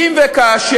בונים.